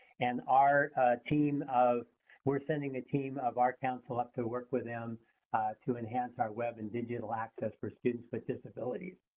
and our team of we're sending a team of our council up to to work with them to enhance our web and digital access for students with disabilities.